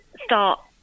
start